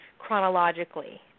chronologically